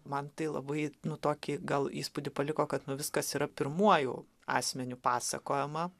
man tai labai nu tokį gal įspūdį paliko kad nu viskas yra pirmuoju asmeniu pasakojama